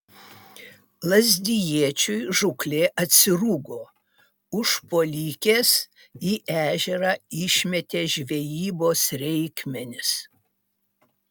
lazdijiečiui žūklė atsirūgo užpuolikės į ežerą išmetė žvejybos reikmenis